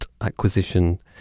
acquisition